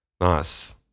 Nice